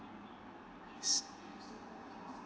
s~